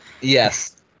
Yes